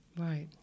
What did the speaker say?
Right